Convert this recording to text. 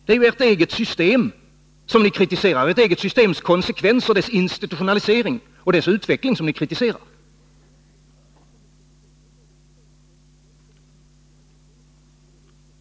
Det är ert eget system ni kritiserar, ert eget systems konsekvenser, dess institutionalisering och dess utveckling.